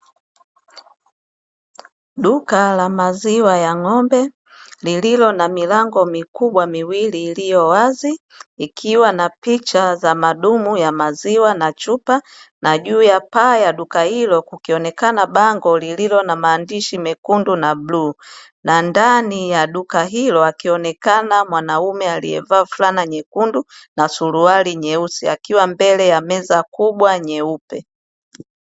Duka la maziwa ya ng'ombe lililo na milango mikubwa miwili iliyowazi ikiwa na picha za madumu ya maziwa na chupa na juu ya paa ya duka hilo kukionekana bango lililo na maandishi mekundu na bluu na ndani ya duka hilo akionekana mwanaume aliyevaa fulana nyekundu na suruali nyeusi akiwa mbele ya meza kubwa nyeupe.